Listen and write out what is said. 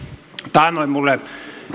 taannoin minulle